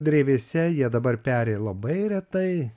drevėse jie dabar peri labai retai